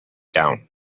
down